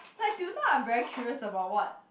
like till now I'm very curious about what